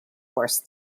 worse